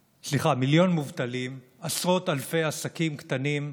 סליחה, מיליון מובטלים, עשרות אלפי עסקים קטנים,